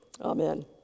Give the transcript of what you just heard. Amen